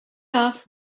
off